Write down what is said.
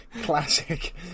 classic